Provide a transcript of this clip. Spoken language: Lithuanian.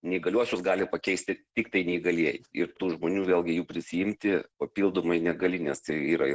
neįgaliuosius gali pakeisti tiktai neįgalieji ir tų žmonių vėlgi jų prisiimti papildomai negali nes tai yra